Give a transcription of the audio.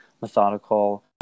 methodical